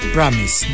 Promise